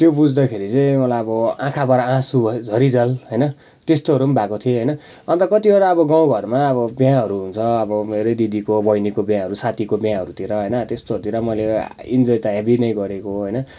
त्यो बुझ्दाखेरि चाहिँ मलाई अब आँखाबाट आँसु झरिन्जेल होइन त्यस्तोहरू पनि भएको थियो होइनअन्त कतिवटा गाउँ घरमा बिहाहरू हुन्छ अब मेरै दिदीको बहिनीको बिहाहरू साथीको बिहाहरूतिर होइन त्यस्तोहरूतिर पनि मैले इनजोय त हेभी नै गरेको होइन